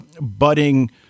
budding